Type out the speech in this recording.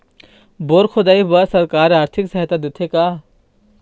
Bore खोदाई बर सरकार आरथिक सहायता देथे का?